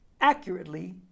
Accurately